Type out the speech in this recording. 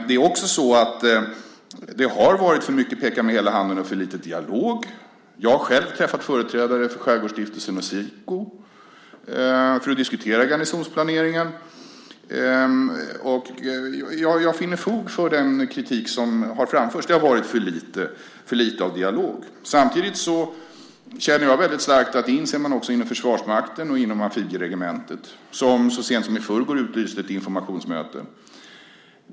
Det har också varit för mycket peka med hela handen och för lite dialog. Jag har själv träffat företrädare för Skärgårdsstiftelsen och Siko för att diskutera garnisonsplaneringen. Jag finner fog för den kritik som har framförts. Det har varit för lite dialog. Samtidigt känner jag väldigt starkt att man också inser det inom Försvarsmakten och inom amfibieregementet som så sent som i förrgår utlyste ett informationsmöte.